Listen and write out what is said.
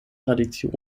tradition